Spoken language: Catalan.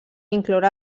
incloure